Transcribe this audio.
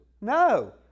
No